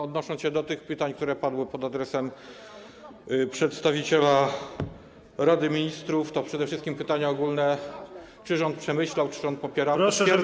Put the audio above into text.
Odnosząc się do tych pytań, które padły pod adresem przedstawiciela Rady Ministrów - to były przede wszystkim pytania ogólne, czy rząd przemyślał, czy rząd popiera - potwierdzam to, co mówił.